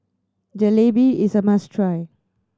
jalebi is a must try